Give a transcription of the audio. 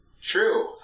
True